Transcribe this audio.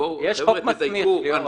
יש חוק מסמיך.